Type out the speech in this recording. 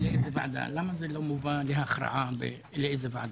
------ למה זה לא מובא להכרעה לאיזו ועדה?